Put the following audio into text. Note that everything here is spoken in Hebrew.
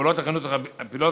פעולות החינוך הבלתי-פורמלי,